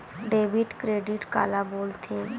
Debit credit काला बोल थे?